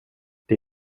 det